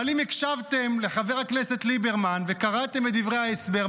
אבל אם הקשבתם לחבר הכנסת ליברמן וקראתם את דברי ההסבר,